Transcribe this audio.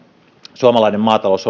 suomalainen maatalous